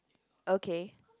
okay